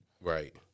Right